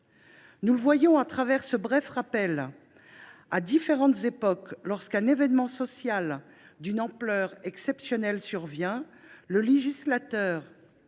Nous le voyons au travers de ce bref rappel, à différentes époques, lorsqu’un événement social d’une ampleur exceptionnelle survient, le législateur